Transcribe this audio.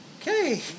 Okay